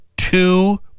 two